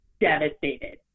devastated